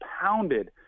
pounded